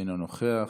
אינו נוכח.